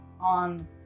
on